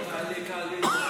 ארבעה בעד, אין מתנגדים.